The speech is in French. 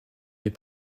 les